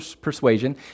persuasion